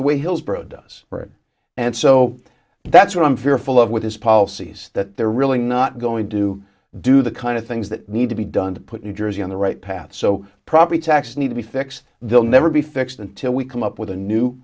the way hillsborough does fred and so that's what i'm fearful of with his policies that they're really not going to do the kind of things that need to be done to put new jersey on the right path so property taxes need to be fixed they'll never be fixed until we come up with a new